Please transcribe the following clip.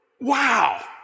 Wow